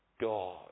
God